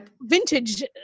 vintage